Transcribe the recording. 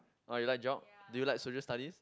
oh you like Geog do you like Social Studies